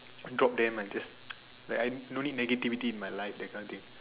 drop them and just like I don't need negativity in my life that kind of thing